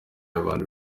abantu